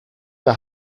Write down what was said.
der